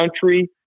country